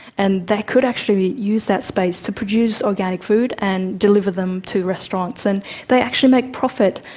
and they could actually use that space to produce organic food and deliver them to restaurants. and they actually make profit,